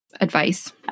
advice